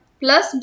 plus